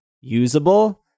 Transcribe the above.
usable